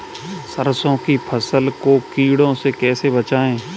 सरसों की फसल को कीड़ों से कैसे बचाएँ?